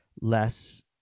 less